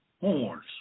horns